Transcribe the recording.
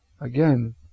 again